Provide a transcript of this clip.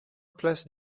place